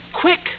Quick